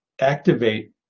Activate